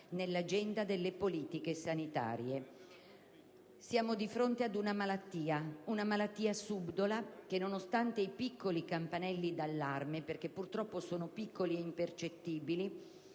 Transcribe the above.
Siamo di fronte ad una malattia, una malattia subdola, che, nonostante i piccoli campanelli di allarme (purtroppo sono piccoli, impercettibili